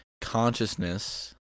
consciousness